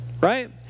Right